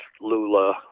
Lula